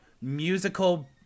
musical